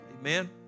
Amen